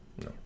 No